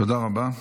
תודה רבה.